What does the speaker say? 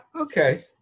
okay